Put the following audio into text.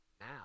now